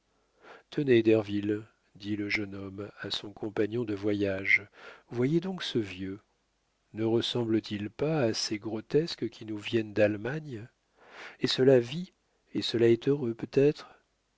tenez derville dit le jeune homme à son compagnon de voyage voyez donc ce vieux ne ressemble t il pas à ces grotesques qui nous viennent d'allemagne et cela vit et cela est heureux peut-être